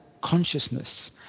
consciousness